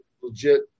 legit